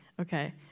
Okay